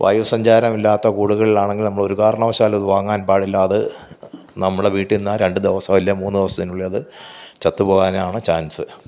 വായുസഞ്ചാരമില്ലാത്ത കുടുകളിലാണെങ്കില് നമ്മളൊരു കാരണവശാലും അത് വാങ്ങാൻ പാടില്ല അത് നമ്മളുടെ വീട്ടിൽ നിന്നാണ് രണ്ടുദിവസലേ മൂന്നുദിവസത്തിനുള്ളിൽ അത് ചത്തു പോകാനാണ് ചാൻസ്